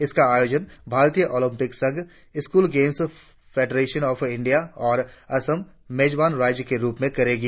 इसका आयोजन भारतीय ओलंपिक संघ school games federation of India और असम मेजबान राज्य के रुप में करेगी